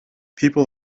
people